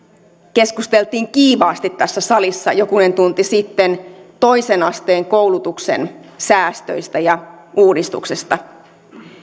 keskusteltiin kiivaasti tässä salissa jokunen tunti sitten toisen asteen koulutuksen säästöistä ja uudistuksesta